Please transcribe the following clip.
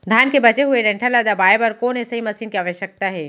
धान के बचे हुए डंठल ल दबाये बर कोन एसई मशीन के आवश्यकता हे?